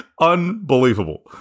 unbelievable